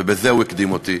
ובזה הוא הקדים אותי,